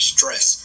stress